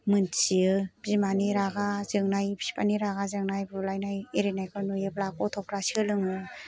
मिथियो बिमानि रागा जोंनाय बिफानि रोगा जोंनाय बुलायनाय इरिनायखौ नुयोब्ला गथ'फ्रा सोलोङो